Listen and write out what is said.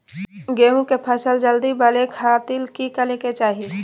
गेहूं के फसल जल्दी बड़े खातिर की करे के चाही?